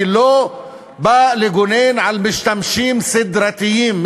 מובן שאני לא בא לגונן על משתמשים סדרתיים,